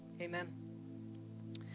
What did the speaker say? Amen